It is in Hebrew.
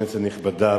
כנסת נכבדה,